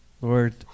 Lord